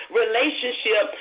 relationship